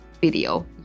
video